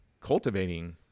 cultivating